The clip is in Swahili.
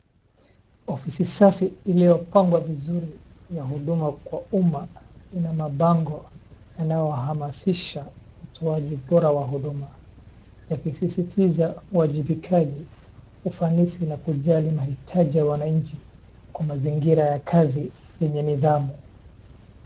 Ofisi safi iliyopangwa vizuri ya huduma kwa umma ina mabango yanayohamasisha utoaji bora wa huduma yakisisitiza uwajibikaji, ufanisi, na kujali mahitaji ya wananchi kwa mazingira ya kazi yenye nidhamu.